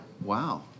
Wow